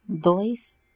dois